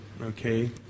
okay